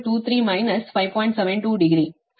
51 degree